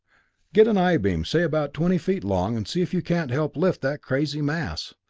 get an i-beam, say about twenty feet long, and see if you can't help lift that crazy mass.